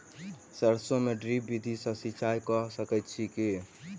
सैरसो मे ड्रिप विधि सँ सिंचाई कऽ सकैत छी की?